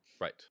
Right